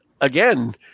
again